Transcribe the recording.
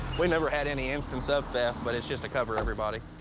we never had any instance of that, but it's just to cover everybody.